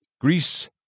Greece